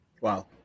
wow